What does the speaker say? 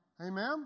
Amen